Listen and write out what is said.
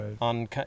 on